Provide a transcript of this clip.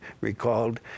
recalled